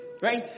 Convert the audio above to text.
Right